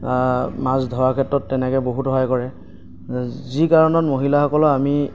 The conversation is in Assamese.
মাছ ধৰা ক্ষেত্ৰত তেনেকে বহুত সহায় কৰে যি কাৰণত মহিলাসকলক আমি